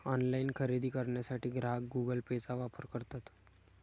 online खरेदी करण्यासाठी ग्राहक गुगल पेचा वापर करतात